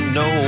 no